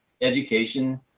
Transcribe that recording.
education